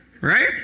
Right